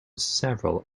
several